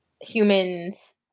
humans